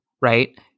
right